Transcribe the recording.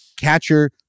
Catcher